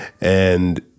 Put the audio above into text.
And-